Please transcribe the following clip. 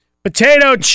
Potato